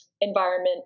environment